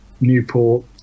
Newport